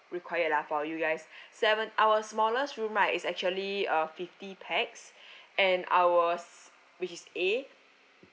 required lah for you guys seven our smallest room right is actually uh fifty pax and ours which is A